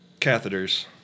Catheters